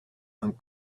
and